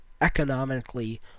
economically